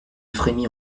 frémis